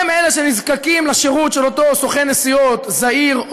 הם אלה שנזקקים לשירות של אותו סוכן נסיעות זעיר,